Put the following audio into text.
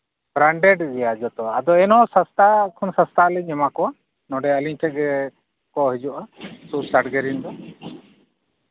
branded ᱜᱮᱭᱟ ᱡᱚᱛᱚ ᱟᱫᱚ ᱮᱱ ᱦᱚᱸ ᱥᱚᱥᱛᱟ ᱠᱷᱚᱱ ᱥᱚᱥᱛᱟ ᱞᱤᱧ ᱮᱢᱟ ᱠᱚᱣᱟ ᱱᱚᱰᱮ ᱟᱹᱞᱤᱧ ᱴᱷᱮᱡ ᱜᱮ ᱠᱚ ᱦᱤᱡᱩᱜᱼᱟ ᱥᱩᱨ ᱥᱟᱺᱜᱤᱧ ᱨᱮᱱ ᱫᱚ